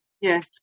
Yes